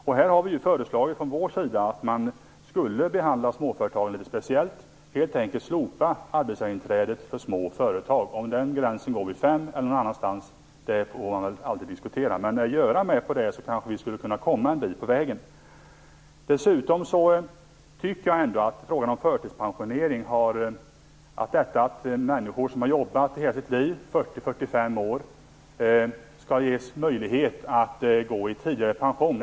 Vi har från vår sida föreslagit att småföretagarna skulle särbehandlas genom att arbetsgivarinträdet för dessa helt enkelt slopas. Huruvida gränsen skall dras vid fem anställda eller någon annanstans får man väl diskutera, men om Göran Hägglund är med på detta, skulle vi kanske kunna komma en bit framåt på vägen. Jag tycker dessutom att människor som har jobbat i kanske 40-45 år skall ges möjlighet att tidigare gå i pension.